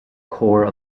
core